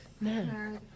Man